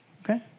Okay